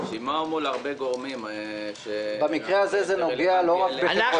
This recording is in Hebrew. מול הרבה גורמים שזה רלוונטי אליהם.